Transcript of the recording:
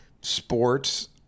sports